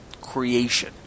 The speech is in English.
creation